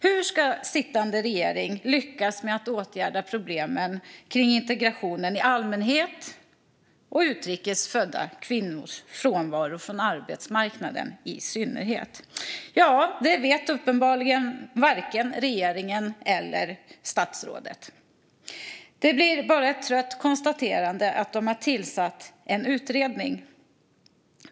Hur ska sittande regering lyckas med att åtgärda problemen kring integrationen i allmänhet och utrikes födda kvinnors frånvaro från arbetsmarknaden i synnerhet? Ja, det vet uppenbarligen varken regeringen eller statsrådet. Det blir bara ett trött konstaterande av att de har tillsatt en utredning.